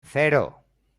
cero